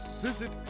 visit